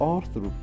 Arthur